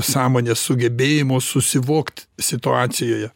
sąmonės sugebėjimo susivokt situacijoje